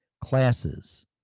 classes